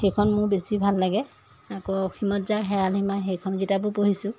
সেইখন মোৰ বেছি ভাল লাগে আকৌ অসীমত যাৰ হেৰাল সীমা সেইখন কিতাপো পঢ়িছোঁ